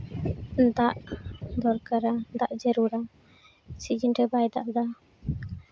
ᱫᱟᱜ ᱫᱚᱨᱠᱟᱨᱟ ᱫᱟᱜ ᱡᱟᱹᱨᱩᱲᱟ ᱥᱤᱡᱮᱱ ᱨᱮ ᱵᱟᱭ ᱫᱟᱜ ᱮᱫᱟ